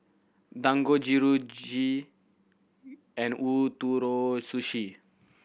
Dangojiru Kheer G and Ootoro Sushi